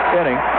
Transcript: inning